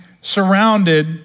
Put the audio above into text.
surrounded